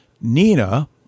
nina